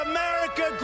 America